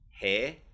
hair